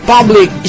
Public